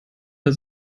der